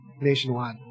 nationwide